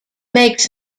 makes